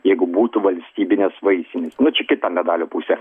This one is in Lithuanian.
jeigu būtų valstybinės vaistinės nu čia kita medalio pusė